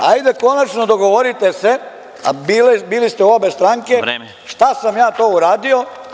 Hajde konačno dogovorite se, a bili ste u obe stranke, šta sam ja to uradio.